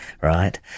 right